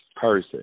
person